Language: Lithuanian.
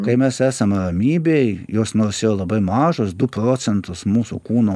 kai mes esame ramybėj jos nors jau labai mažos du procentus mūsų kūno